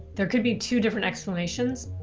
there could be two different explanations,